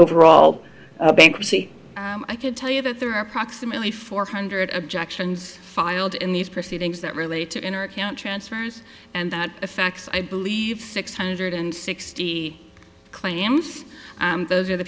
overall bankruptcy i can tell you that there are approximately four hundred objections filed in these proceedings that relate to in our account transfers and that effects i believe six hundred and sixty claims those are the